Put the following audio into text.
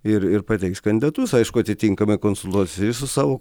ir ir pateiks kandidatus aišku atitinkamai konsultuosis ir su savo